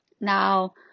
now